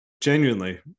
genuinely